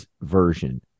version